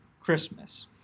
Christmas